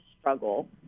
struggle